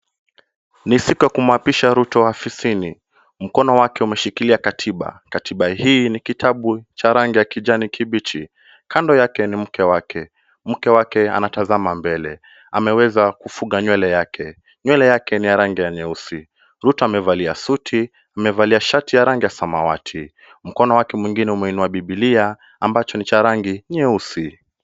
Ni siku ya kumwapisha Ruto afisini. Mkono wake umeshikilia katiba. Katiba hii ni kitabu cha rangi ya kijani kibichi. Kando yake ni mke wake. Mke wake anatazama mbele. Ameweza kufuga nywele yake, nywele yake ni ya rangi ya nyeusi. Ruto amevalia suti, amevalia shati ya rangi ya samawati. Mkono wake mwingine umeinua biblia, ambacho ni cha rangi nyeusi.